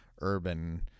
urban